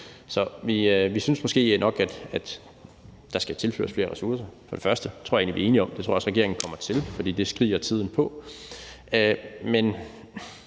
Vi synes måske nok, at der først og fremmest skal tilføres flere ressourcer. Det tror jeg egentlig at vi er enige om. Det tror jeg også at regeringen kommer til, for det skriger tiden på. Men